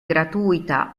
gratuita